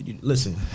listen